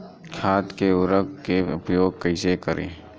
खाद व उर्वरक के उपयोग कईसे करी?